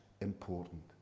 important